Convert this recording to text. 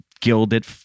gilded